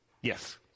Yes